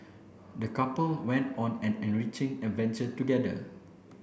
the couple went on an enriching adventure together